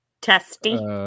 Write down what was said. testy